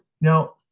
Now